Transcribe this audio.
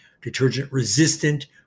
detergent-resistant